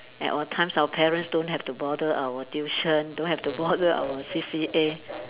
at our times our parents don't have to bother our tuition don't have to bother our C_C_A